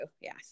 Yes